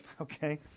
okay